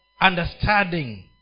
understanding